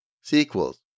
Sequels